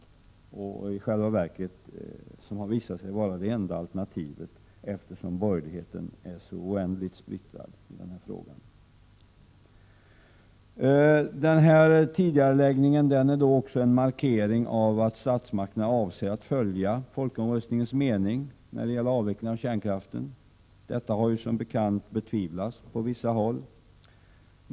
Det har dessutom i själva verket visat sig vara det enda alternativet, eftersom borgerligheten är så oerhört splittrad i denna fråga. Denna tidigareläggning är också en markering av att statsmakterna avser att följa den i folkomröstningen uttalade meningen när det gäller avveckling av kärnkraften. Detta har ju som bekant betvivlats på vissa håll.